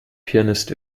pianist